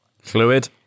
Fluid